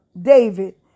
David